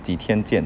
几天见